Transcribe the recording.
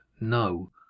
No